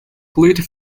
fluid